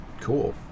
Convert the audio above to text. cool